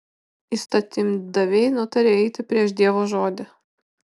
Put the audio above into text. įstatymdaviai nutarė eiti prieš dievo žodį